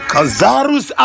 Kazarus